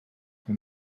que